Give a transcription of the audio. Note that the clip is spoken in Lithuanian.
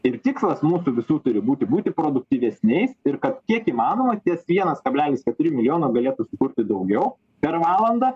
ir tikslas mūsų visų turi būti būti produktyvesniais ir kad kiek įmanoma ties vienas kablelis keturi milijono galėtų sukurti daugiau per valandą